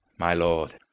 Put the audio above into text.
my lord,